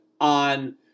on